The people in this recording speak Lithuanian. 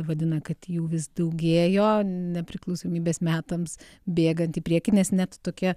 vadina kad jų vis daugėjo nepriklausomybės metams bėgant į priekį nes net tokia